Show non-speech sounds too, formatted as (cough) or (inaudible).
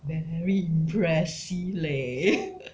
very impressive leh (noise)